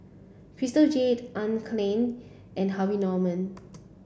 Crystal Jade Anne Klein and Harvey Norman